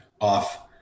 off